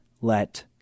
let